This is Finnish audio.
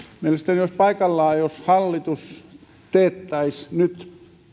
mielestäni olisi paikallaan jos hallitus teettäisi nyt